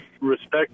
respect